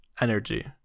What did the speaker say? energy